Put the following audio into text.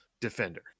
Defender